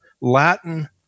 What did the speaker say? Latin